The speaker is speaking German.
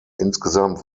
insgesamt